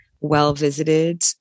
well-visited